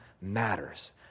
matters